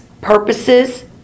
purposes